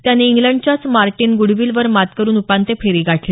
त्याने इंग्लंडच्याच मार्टिन ग्रडविल वर मात करत उपांत्य फेरी गाठली